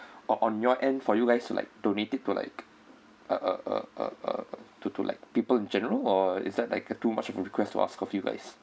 or on your end for you guys to like donate it to like a a a a to to like people in general or is that like too much of a request to ask of you guys